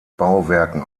bauwerken